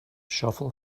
shovel